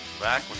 Back